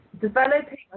Developing